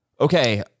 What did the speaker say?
Okay